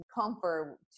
comfort